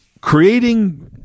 creating